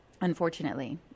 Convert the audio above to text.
Unfortunately